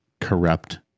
corrupt